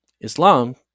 Islam